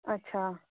अच्छा